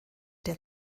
der